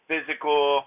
physical